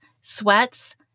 sweats